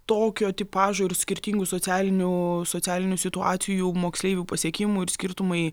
tokio tipažo ir skirtingų socialinių socialinių situacijų moksleivių pasiekimų ir skirtumai